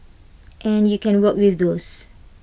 and you can work with those